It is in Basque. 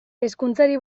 hezkuntzari